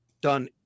done